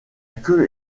queue